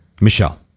michelle